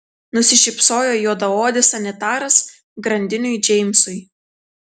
nusišypsojo juodaodis sanitaras grandiniui džeimsui